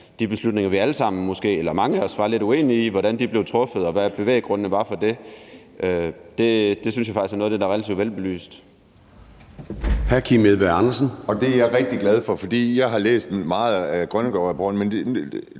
de beslutninger, vi måske alle sammen eller mange af os var lidt uenige i, blev truffet, og hvad bevæggrundene var for det. Det synes jeg faktisk er noget af det, der er relativt velbelyst.